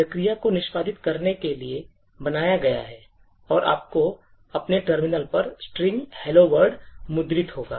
प्रक्रिया को निष्पादित करने के लिए बनाया गया है और आपको अपने टर्मिनल पर string hello world मुद्रित होगा